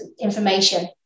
information